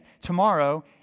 tomorrow